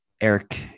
eric